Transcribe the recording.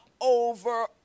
over